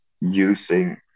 using